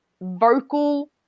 vocal